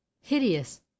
Hideous